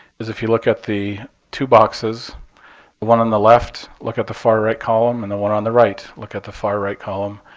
is if you look at the two boxes one on the left look at the far right column, and the one on the right look at the far right column,